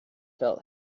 felt